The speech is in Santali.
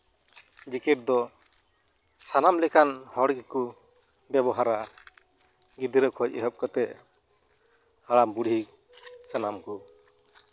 ᱡᱮᱠᱮᱹᱴ ᱫᱚ ᱥᱟᱱᱟᱢ ᱞᱮᱠᱟᱱ ᱦᱚᱲ ᱜᱮᱠᱚ ᱵᱮᱵᱚᱦᱟᱨᱟ ᱜᱤᱫᱽᱨᱟᱹ ᱠᱷᱚᱱ ᱮᱦᱚᱵ ᱠᱟᱛᱮᱫ ᱦᱟᱲᱟᱢ ᱵᱩᱲᱦᱤ ᱥᱟᱱᱟᱢ ᱠᱚ